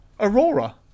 Aurora